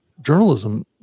journalism